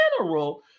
general